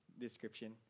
description